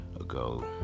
ago